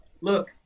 Look